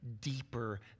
deeper